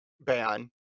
ban